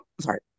Sorry